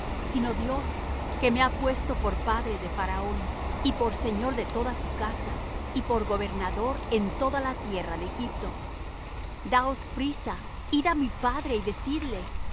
sino dios que me ha puesto por padre de faraón y por señor de toda su casa y por gobernador en toda la tierra de egipto daos priesa id á mi padre y decidle así